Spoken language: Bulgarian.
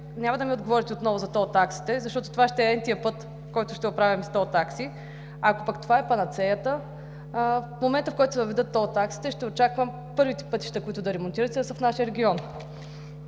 няма да ми отговорите отново за тол таксите, защото това ще бъде n-тия път, който ще оправяме с тол такси. Ако пък това е панацеята, то в момента, в който се въведат тол таксите, ще очаквам първите пътища, които ще ремонтирате, да са в нашия регион.